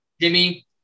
Jimmy